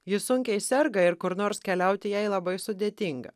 ji sunkiai serga ir kur nors keliauti jai labai sudėtinga